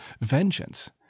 vengeance